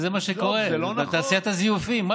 וזה מה שקורה בתעשיית הזיופים.